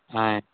ఆయ్